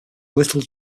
little